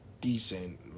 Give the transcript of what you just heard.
decent